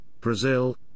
Brazil